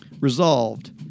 Resolved